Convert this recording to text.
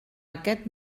aquest